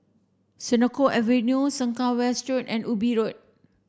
Senoko Avenue Sengkang West Road and Ubi Road